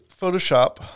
Photoshop